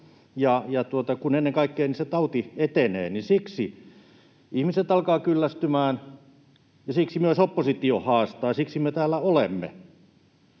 kun ennen kaikkea se tauti etenee, niin siksi ihmiset alkavat kyllästymään ja siksi myös oppositio haastaa ja siksi me täällä olemme.